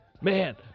Man